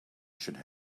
should